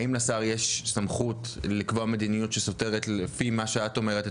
האם לשר יש סמכות לקבוע מדיניות שסותרת לפי מה שאת אומרת,